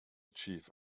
chief